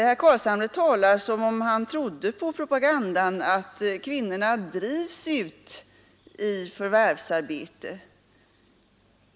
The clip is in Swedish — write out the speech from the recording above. Herr Carlshamre talar som om han trodde på propagandan att kvinnorna drivs ut i förvärvsarbete.